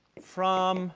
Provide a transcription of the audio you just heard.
from